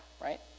right